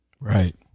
Right